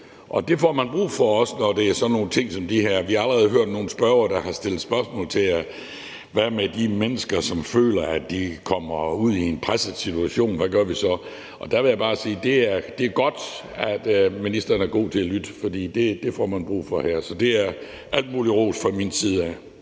og det får man også brug for, når det gælder sådan nogle ting som de her. Vi har allerede hørt nogle medlemmer, der har stillet spørgsmål om situationen for de mennesker, der føler, at de kommer ud i en presset situation – hvad gør vi så? Der vil jeg bare sige, at det er godt, at ministeren er god til at lytte, for det får man brug for her. Så der skal komme al mulig ros fra min side.